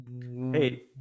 Hey